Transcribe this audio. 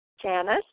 Janice